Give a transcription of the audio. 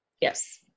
Yes